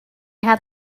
had